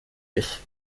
ich